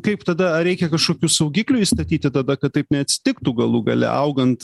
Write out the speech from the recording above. kaip tada ar reikia kažkokių saugiklių įstatyti tada kad taip neatsitiktų galų gale augant